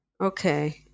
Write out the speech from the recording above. Okay